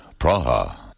Praha